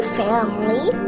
family